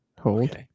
Hold